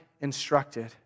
instructed